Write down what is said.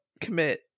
commit